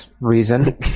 reason